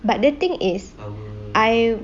but the thing is I